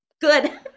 Good